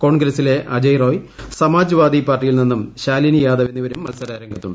കോൺഗ്രസിലെ അജയ്റായ് സമാജ്വാദി പാർട്ടിയിൽ നിന്നും ശാലിനിയാദവ് എന്നിവരും മത്സരരംഗത്തുണ്ട്